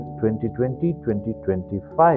2020-2025